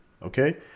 Okay